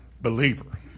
believer